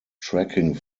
tracking